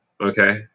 okay